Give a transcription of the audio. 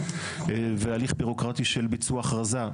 והליך דמוקרטי של ביצוע הכרזה.